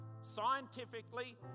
scientifically